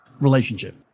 relationship